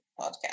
podcast